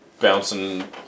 bouncing